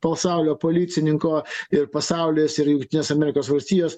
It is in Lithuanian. pasaulio policininko ir pasaulis ir jungtinės amerikos valstijos